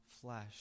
flesh